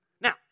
Now